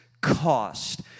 cost